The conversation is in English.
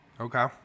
Okay